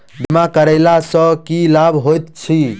बीमा करैला सअ की लाभ होइत छी?